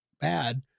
bad